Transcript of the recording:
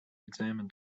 examined